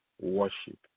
worship